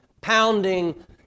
pounding